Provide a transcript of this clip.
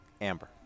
Amber